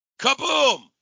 Kaboom